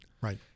Right